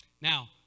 Now